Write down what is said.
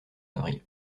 avril